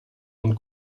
und